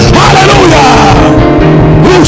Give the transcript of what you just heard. hallelujah